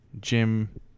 Jim